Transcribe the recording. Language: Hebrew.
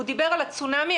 הוא דיבר על הצונאמי